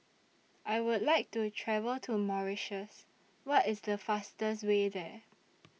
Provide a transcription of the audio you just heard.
I Would like to travel to Mauritius What IS The fastest Way There